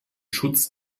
schutz